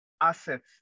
assets